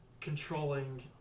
Controlling